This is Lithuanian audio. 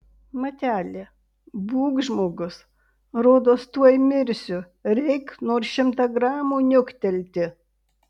mateli būk žmogus rodos tuoj mirsiu reik nors šimtą gramų niuktelti